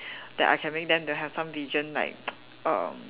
that I can make them to have some vision like erm